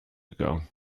ago